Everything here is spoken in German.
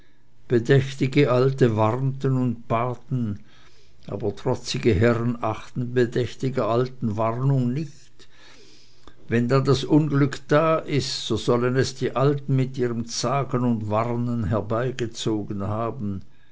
bedächtige alte warnten und baten aber trotzige herzen achten bedächtiger alten warnung nicht wenn dann das unglück da ist so sollen es die alten mit ihrem zagen und warnen herbeigezogen haben